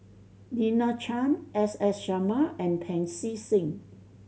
Lina Chiam S S Sarma and Pancy Seng